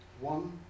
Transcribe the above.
one